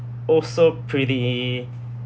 also pretty